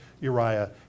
Uriah